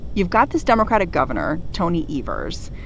you've got this democratic governor tony evers.